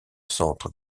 centre